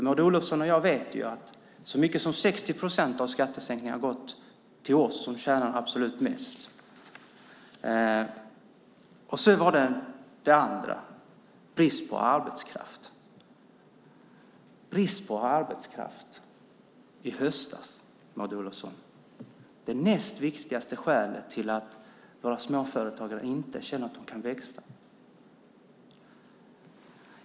Maud Olofsson och jag vet att så mycket som 60 procent av skattesänkningen har gått till oss som tjänar absolut mest. Det andra är brist på arbetskraft. I höstas var brist på arbetskraft det näst viktigaste skälet till att småföretagen inte känner att de kan växa, Maud Olofsson.